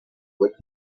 with